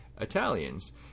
Italians